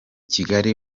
kigali